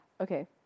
Okay